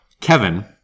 Kevin